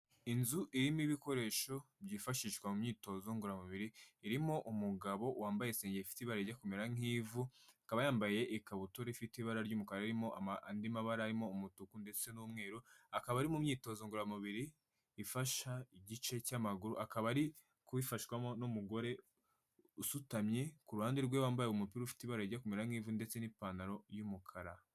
Inzu irimo ibikoresho byifashishwa mu myitozo ngororamubiri, irimo umugabo wambaye isengeri ifite ibara rijya kumera nk'ivu, akaba yambaye ikabutura ifite ibara ry'umukara ririmo andi mabara arimo umutuku ndetse n'umweru, akaba ari mu myitozo ngororamubiri ifasha igice cy'amaguru, akaba ari kubifashwamo n'umugore usutamye ku ruhande rwe, wambaye umupira ufite ibara rijya kumera nk'ivu ndetse n'ipantaro y'umukara.